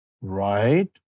Right